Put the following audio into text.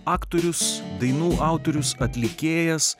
aktorius dainų autorius atlikėjas